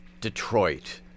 Detroit